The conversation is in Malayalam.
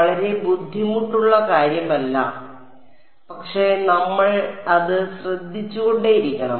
വളരെ ബുദ്ധിമുട്ടുള്ള കാര്യമല്ല പക്ഷേ നമ്മൾ അത് ശ്രദ്ധിച്ചുകൊണ്ടേയിരിക്കണം